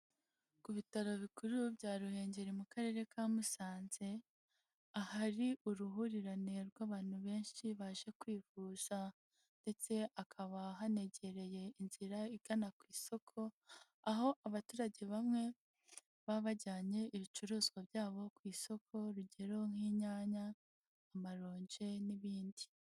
Ku bitaro bikuru bya Ruhengeri mu karere ka Musanze, ahari uruhurirane rw'abantu benshi baje kwivuza ndetse hakaba hanegereye inzira igana ku isoko, aho abaturage bamwe baba bajyanye ibicuruzwa byabo ku isoko urugero nk'inyanya, amaronje n'ibindi.